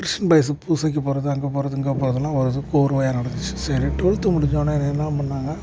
Christian boys பூஜைக்குப் போவது அங்கே போவது இங்கே போகிறதுலாம் வருது கோர்வையாக நடந்துச்சு சரி டுவெல்த்து முடித்தவொன்னே என்னை என்ன பண்ணிணாங்க